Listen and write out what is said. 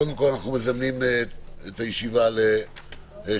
קודם כל, אנחנו מזמנים את הישיבה ל-15:40.